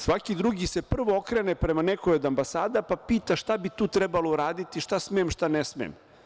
Svaki drugi se prvo okrene prema nekoj od ambasada pa pita šta bi tu trebalo uraditi, šta smem, šta ne smem.